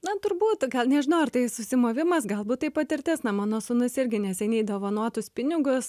na turbūt gal nežinau ar tai susimovimas galbūt tai patirtis na mano sūnus irgi neseniai dovanotus pinigus